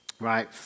right